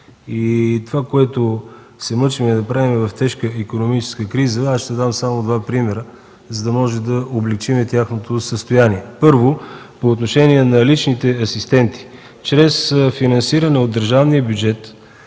И това е, което се мъчим да правим в тежка икономическа криза, аз ще дам само два примера, за да можем да облекчим тяхното състояние. Първо, по отношение на личните асистенти. Чрез финансиране от държавния бюджет,